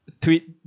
tweet